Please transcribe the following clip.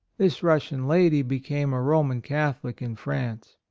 this russian lady became a roman catholic in france.